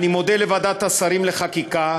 אני מודה לוועדת השרים לחקיקה,